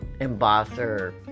Embosser